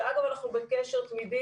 שעד היום אנחנו בקשר תמידי.